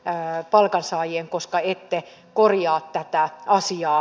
äänet palkansaajien koska ette korjaa tätä asiaa